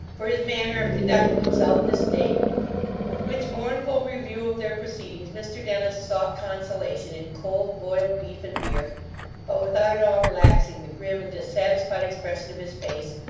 for his manner of conducting himself this day with which mournful review of their proceedings, mr dennis sought consolation in cold boiled beef and beer but without at all relaxing the grim and dissatisfied expression of his face,